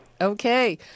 Okay